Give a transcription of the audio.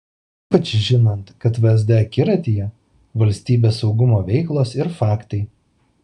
ypač žinant kad vsd akiratyje valstybės saugumo veiklos ir faktai